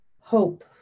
hope